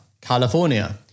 California